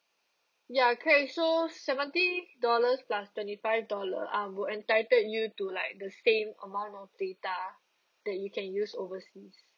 ya okay so seventy dollars plus twenty five dollar uh will entitled you to like the same amount of data that you can use overseas